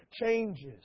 changes